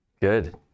Good